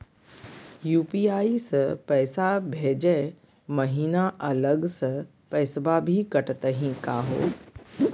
UPI स पैसवा भेजै महिना अलग स पैसवा भी कटतही का हो?